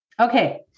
Okay